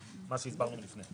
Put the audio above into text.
מה שהסברנו לפני.